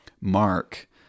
Mark